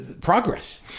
progress